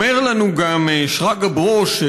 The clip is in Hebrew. אומר לנו גם שרגא ברוש,